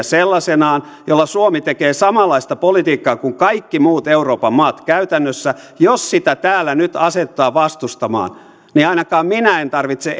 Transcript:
sellaisenaan jolla suomi tekee samanlaista politiikkaa kuin kaikki muut euroopan maat käytännössä täällä nyt asetutaan vastustamaan niin ainakaan minä en tarvitse